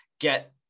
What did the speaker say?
get